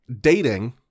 dating –